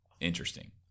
interesting